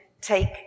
take